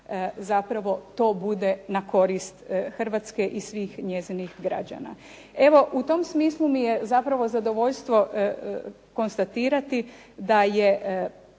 zapravo to bude na korist Hrvatske i svih njezinih građana. Evo u tom smislu mi je zapravo zadovoljstvo konstatirati da je